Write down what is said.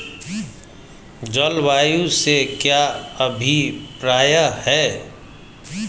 जलवायु से क्या अभिप्राय है?